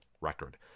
record